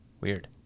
Weird